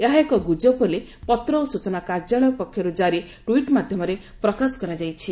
ଏହା ଏକ ଗୁଜବ ବୋଲି ପତ୍ର ଓ ସୂଚନା କାର୍ଯ୍ୟାଳୟ ପକ୍ଷରୁ ଜାରି ଟୁଇଟ୍ ମାଧ୍ୟମରେ ପ୍ରକାଶ କରାଯାଇଛି